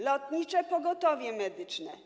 Lotnicze pogotowie medyczne.